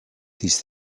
these